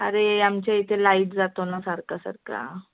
अरे आमच्या इथे लाईट जातो न सारखा सारखा